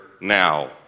now